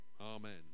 Amen